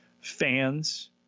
fans